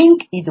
link ಇದು